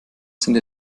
sind